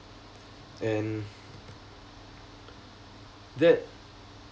and that